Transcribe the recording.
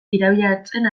irabiatzen